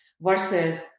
versus